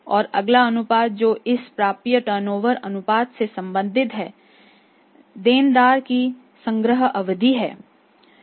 और अगला अनुपात जो इस प्राप्य टर्नओवर अनुपात से संबंधित है देनदार की संग्रह अवधि है